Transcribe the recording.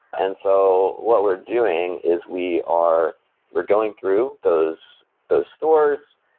and so what we're doing is we are we're going through those those stores.